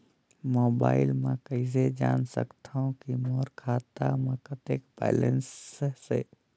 Mobile म कइसे जान सकथव कि मोर खाता म कतेक बैलेंस से?